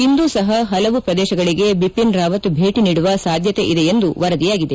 ಇಂದೂ ಸಹ ಹಲವು ಪ್ರದೇಶಗಳಿಗೆ ಬಿಒನ್ ರಾವತ್ ಭೇಟಿ ನೀಡುವ ಸಾಧ್ಯತೆಯಿದೆ ಎಂದು ವರದಿಯಾಗಿದೆ